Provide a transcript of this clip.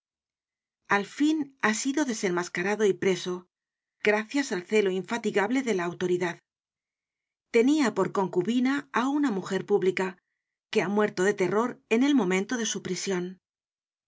a fin ha sido desenmascarado y preso gracias al celo infatigable de la autoridad tenia por concubina á una mujer pública que ha muer to de terror en el momento de su prision